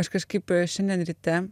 aš kažkaip šiandien ryte